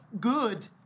good